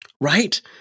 Right